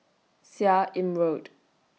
Seah Im Road